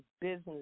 business